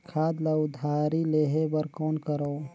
खाद ल उधारी लेहे बर कौन करव?